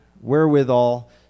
wherewithal